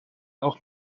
auch